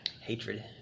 Hatred